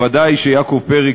ודאי שיעקב פרי,